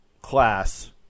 class